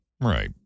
right